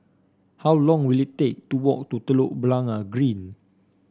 how long will it take to walk to Telok Blangah Green